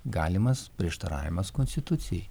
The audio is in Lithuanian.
galimas prieštaravimas konstitucijai